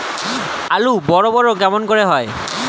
আলু বড় বড় কেমন করে হয়?